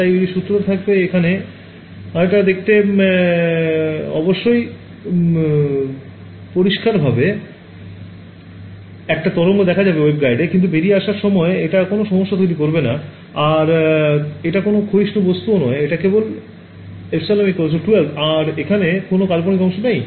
তাই সূত্রটা থাকবে এখানে আরেতা দেখে অবশ্যই পরিস্কার ভাবে একটা তরঙ্গ দেখা যাবে waveguideএ কিন্তু বেরিয়ে আসার সময় এটা কোন সমস্যা তৈরি করবে না আর এটা কোন ক্ষয়িষ্ণু বস্তুও নয় এটা কেবল ε 12 আর এখানে কোন কাল্পনিক অংশ নেই